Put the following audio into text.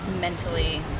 mentally